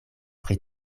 pri